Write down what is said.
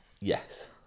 Yes